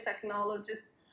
technologies